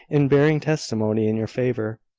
in bearing testimony in your favour.